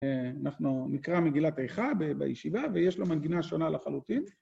‫אנחנו נקרא מגילת איכה בישיבה ‫ויש לו מנגינה שונה לחלוטין.